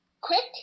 quick